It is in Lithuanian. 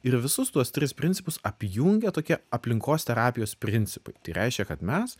ir visus tuos tris principus apjungia tokie aplinkos terapijos principai tai reiškia kad mes